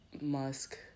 Musk